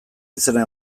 izena